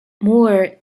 moore